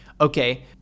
okay